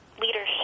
leadership